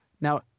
Now